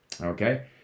Okay